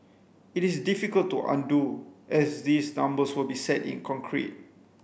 it is difficult to undo as these numbers will be set in concrete